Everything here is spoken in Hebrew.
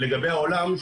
לגבי העולם,